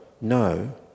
no